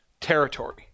Territory